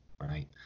right